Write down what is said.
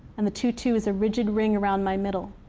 and the tutu is a rigid ring around my middle,